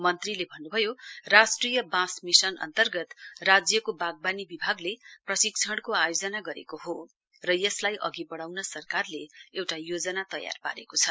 मन्त्रीले भन्नुभयो राष्ट्रिय बाँस मिशन अन्तर्गत राज्यको वागवानी विभागले प्रशिक्षणको आयोजना गरेको हो र यसलाई अघि बढाउन सरकारले एउटा योजना तयार पारेको छ